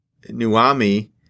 Nuami